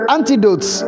Antidotes